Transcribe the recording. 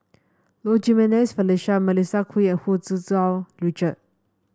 Low Jimenez Felicia Melissa Kwee and Hu Tsu Tau Richard